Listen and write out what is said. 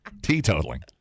teetotaling